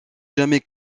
jamais